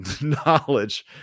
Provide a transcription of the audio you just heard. knowledge